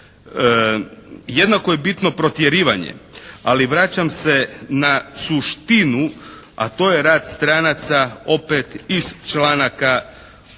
Jednako je bitno protjerivanje, ali vraćam se na suštinu a to je rad stranaca opet iz članaka 114.